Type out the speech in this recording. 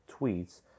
tweets